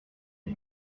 lui